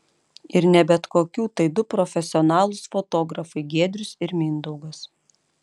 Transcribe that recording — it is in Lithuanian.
ir ne bet kokių tai du profesionalūs fotografai giedrius ir mindaugas